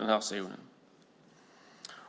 handlar om.